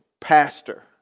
pastor